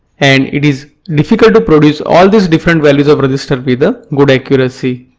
and it is difficult to produce all these different values of resistors with ah good accuracy.